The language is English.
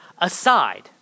aside